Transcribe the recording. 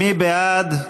מי בעד?